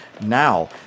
Now